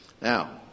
Now